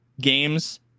games